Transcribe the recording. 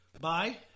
bye